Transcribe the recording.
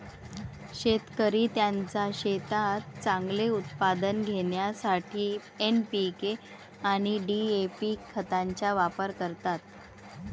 शेतकरी त्यांच्या शेतात चांगले उत्पादन घेण्यासाठी एन.पी.के आणि डी.ए.पी खतांचा वापर करतात